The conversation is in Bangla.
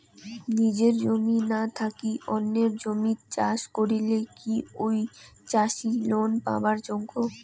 নিজের জমি না থাকি অন্যের জমিত চাষ করিলে কি ঐ চাষী লোন পাবার যোগ্য?